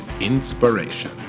Inspiration